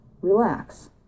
Relax